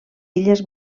illes